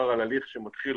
ההבדל,